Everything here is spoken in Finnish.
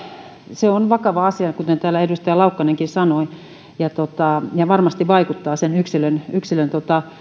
on vakava asia kuten täällä edustaja laukkanenkin sanoi ja varmasti vaikuttaa yksilön yksilön